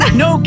no